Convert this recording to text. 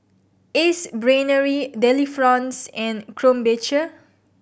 Ace Brainery Delifrance and Krombacher